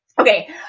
Okay